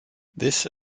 this